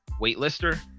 waitlister